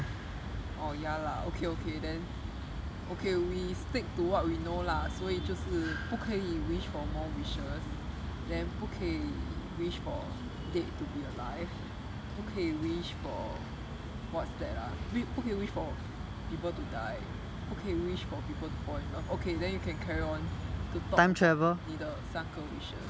orh ya lah okay okay then okay we stick to what we know lah 所以就是不可以 wish for more wishes then 不可以 wish for dead to be alive 不可以 wish for what's that ah 不可以 wish for people to die 不可以 wish for people to fall in love okay then you can carry on to talk about 你的三个 wishes